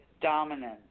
dominance